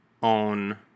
on